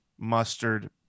mustard